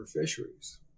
fisheries